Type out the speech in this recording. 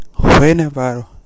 whenever